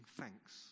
thanks